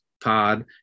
Pod